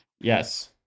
Yes